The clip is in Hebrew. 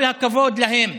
כל הכבוד להם